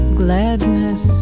gladness